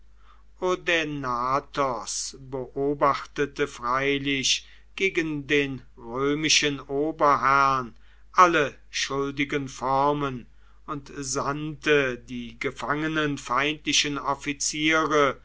beobachtete freilich gegen den römischen oberherrn alle schuldigen formen und sandte die gefangenen feindlichen offiziere